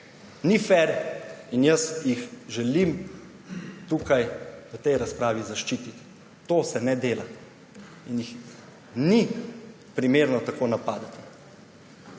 Ni fer in jaz jih želim tukaj v tej razpravi zaščititi. To se ne dela in jih ni primerno tako napadati.